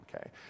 okay